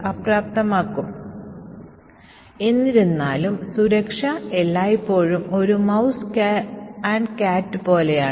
ഈ രണ്ട് വ്യത്യസ്ത സാങ്കേതിക വിദ്യകളും വളരെ ജനപ്രിയമാണ് അവ ഇന്ന് ഉപയോഗത്തിലുള്ള എല്ലാ കംപൈലറുകളിലും സിസ്റ്റങ്ങളിലും ഉൾപ്പെടുത്തിയിട്ടുണ്ട്